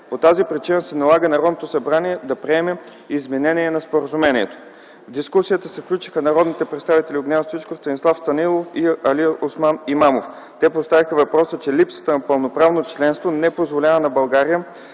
По тази причина се налага Народното събрание да приеме Изменение на Споразумението. В дискусията се включиха народните представители Огнян Стоичков, Станислав Станилов и Алиосман Имамов. Те поставиха въпроса, че липсата на пълноправно членство не позволява на България